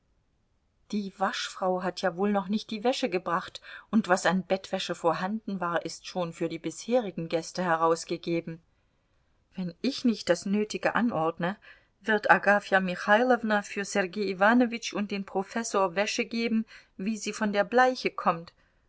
die waschfrau hat ja wohl noch nicht die wäsche gebracht und was an bettwäsche vorhanden war ist schon für die bisherigen gäste herausgegeben wenn ich nicht das nötige anordne wird agafja michailowna für sergei iwanowitsch und den professor wäsche geben wie sie von der bleiche kommt